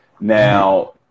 Now